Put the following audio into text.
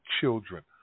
children